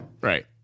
Right